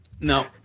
No